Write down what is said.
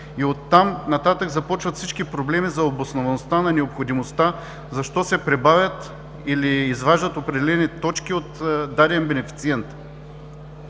и от там нататък започват всички проблеми за обосноваността на необходимостта защо се прибавят или изваждат определени точки от даден бенефициент.